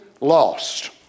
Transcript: lost